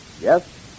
Yes